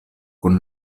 kun